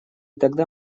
тогда